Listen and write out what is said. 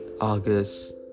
august